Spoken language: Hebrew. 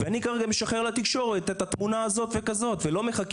ואני כרגע משחרר לתקשורת את התמונה הזאת והזאת ולא מחכה